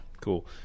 Cool